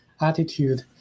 attitude